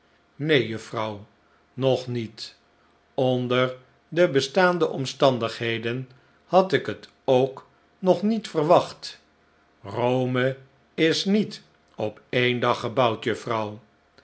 neen juffrouw nog niet onder de bestaande omstandigheden had ik het ook nog niet verwacht rome is niet op en dag gebouwd